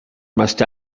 must